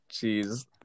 Jeez